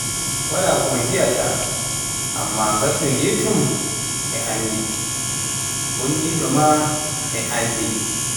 waala ko mi biaata, amma ngaɗɗo getum e anndi, mbonnu ɗo maa e anndi.